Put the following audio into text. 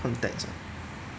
context